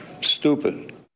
stupid